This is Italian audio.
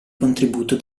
contributo